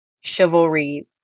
chivalry